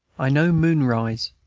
i know moon-rise,